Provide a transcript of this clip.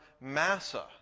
Massa